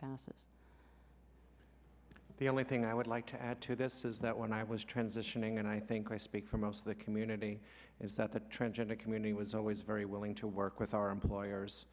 passes the only thing i would like to add to this is that when i was transitioning and i think i speak for most of the community is that the transgender community was always very willing to work with our employers